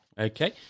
Okay